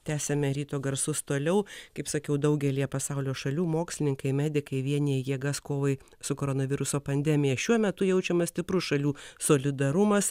tęsiame ryto garsus toliau kaip sakiau daugelyje pasaulio šalių mokslininkai medikai vienija jėgas kovai su koronaviruso pandemija šiuo metu jaučiamas stiprus šalių solidarumas